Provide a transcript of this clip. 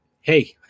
Hey